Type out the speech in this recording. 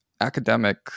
academic